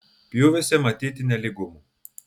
pjūviuose matyti nelygumų